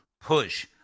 push